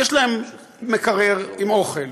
יש להם מקרר עם אוכל,